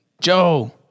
Joe